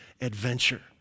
adventure